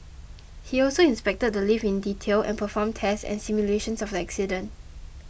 he also inspected the lift in detail and performed tests and simulations of the accident